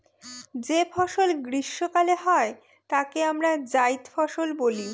যে ফসল গ্রীস্মকালে হয় তাকে আমরা জাইদ ফসল বলি